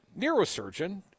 Neurosurgeon